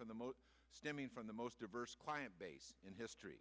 from the most stemming from the most diverse client base in history